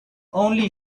only